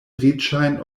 riĉajn